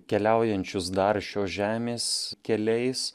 keliaujančius dar šios žemės keliais